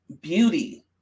beauty